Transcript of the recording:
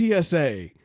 TSA